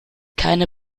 keine